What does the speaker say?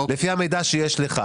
לפי המידע שיש לך.